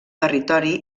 territori